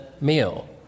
meal